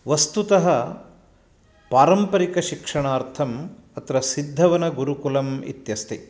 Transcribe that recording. वस्तुतः पारम्परिकशिक्षणार्थम् अत्र सिद्धवनगुरुकुलम् इत्यस्ति